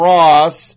Ross